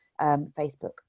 Facebook